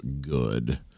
good